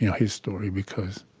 yeah his story because